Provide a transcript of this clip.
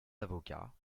avocats